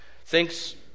thinks